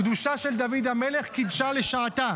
הקדושה של דוד המלך קידשה לשעתה,